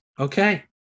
Okay